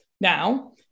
now